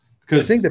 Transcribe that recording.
Because-